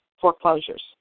foreclosures